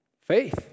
Faith